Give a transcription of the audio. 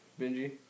Benji